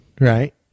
right